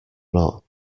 not